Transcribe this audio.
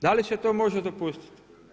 Da li se to može dopustiti?